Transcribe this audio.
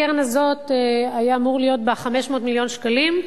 הקרן הזאת, היו אמורים להיות בה 500 מיליון שקלים.